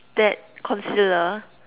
that concealer